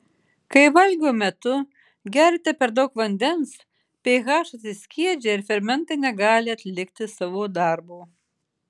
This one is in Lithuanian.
kai valgio metu geriate per daug vandens ph atsiskiedžia ir fermentai negali atlikti savo darbo